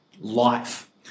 life